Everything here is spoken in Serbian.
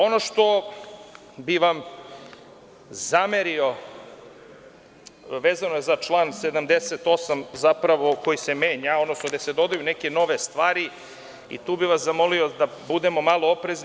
Ono što bih vam zamerio vezano je za član 78. zapravo koji se menja, gde se dodaju neke nove stvari i tu bih vas zamolio da budemo malo oprezni.